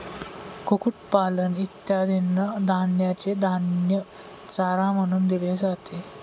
कुक्कुटपालन इत्यादींना धान्याचे धान्य चारा म्हणून दिले जाते